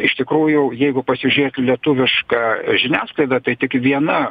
iš tikrųjų jeigu pasižiūrėti lietuvišką žiniasklaidą tai tik viena